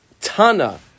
Tana